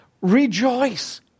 Rejoice